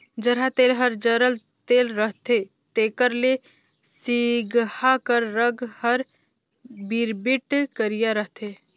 जरहा तेल हर जरल तेल रहथे तेकर ले सिगहा कर रग हर बिरबिट करिया रहथे